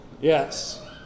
Yes